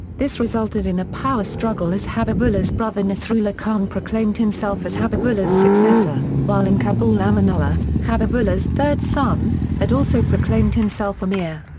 this resulted in a power struggle as habibullah's brother nasrullah khan proclaimed himself as habibullah's successor, while in kabul amanullah, habibullah's third son, had also proclaimed himself amir.